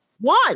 One